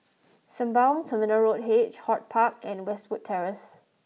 Sembawang Terminal H HortPark and Westwood Terrace